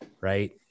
Right